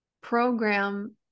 program